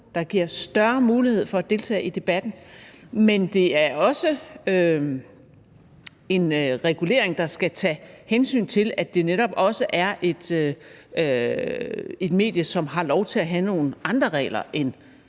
der giver større mulighed for at deltage i debatten. Men det er også en regulering, der skal tage hensyn til, at det netop også er et medie, som har lov til at have nogle andre regler end